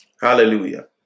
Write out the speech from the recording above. Hallelujah